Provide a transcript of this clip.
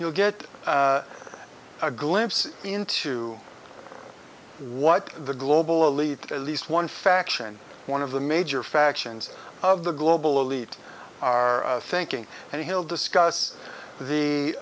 you get a glimpse into what the global elite at least one faction one of the major factions of the global elite are thinking and he'll discuss the